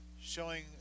showing